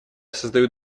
создают